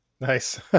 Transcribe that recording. Nice